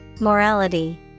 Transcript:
Morality